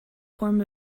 form